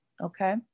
Okay